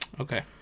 Okay